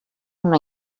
una